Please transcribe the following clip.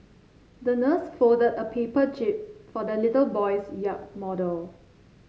the nurse folded a paper jib for the little boy's yacht model